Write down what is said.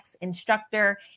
instructor